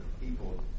people